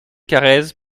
carrez